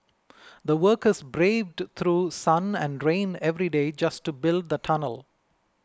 the workers braved through sun and rain every day just to build the tunnel